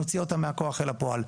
נוציא אותה מהכוח אל הפועל.